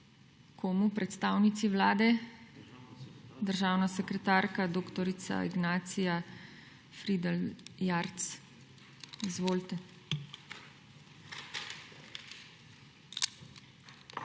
predstavnici Vlade, državna sekretarka dr. Ignacija Fridl Jarc. Izvolite.